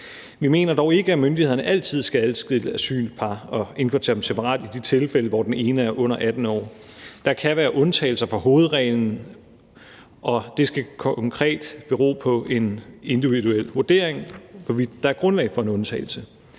Vi mener dog ikke, at myndighederne altid skal adskille asylpar og indkvartere dem separat i de tilfælde, hvor den ene er under 18 år. Der kan være undtagelser fra hovedreglen, og det skal konkret bero på en individuel vurdering, hvorvidt der er grundlag for en undtagelse.